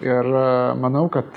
ir manau kad